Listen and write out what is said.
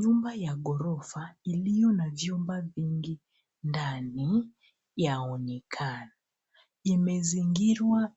Nyumba ya ghorofa iliyo na vyumba vingi ndani yaonekana. Imezingira